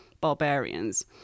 barbarians